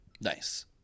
nice